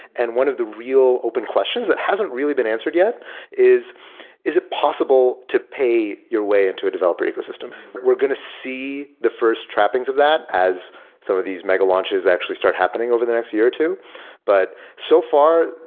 and one of the real open questions that hasn't really been answered yet is is it possible to pay your way into a developer ecosystem? we're going to see the first trappings of that as some of these mega lunches actually start happening over the next year or two. but so far,